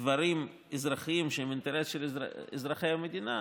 דברים אזרחיים שהם אינטרס של אזרחי המדינה,